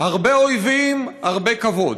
הרבה אויבים, הרבה כבוד.